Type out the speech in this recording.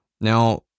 Now